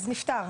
אז נפטר.